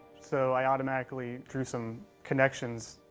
so i automatically drew some connections.